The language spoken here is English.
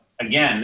again